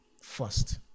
first